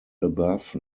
above